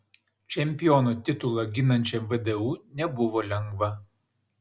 čempiono titulą ginančiam vdu nebuvo lengva